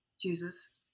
Jesus